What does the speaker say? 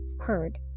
heard